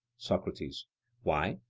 socrates why,